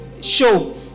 show